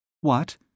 What